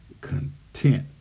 content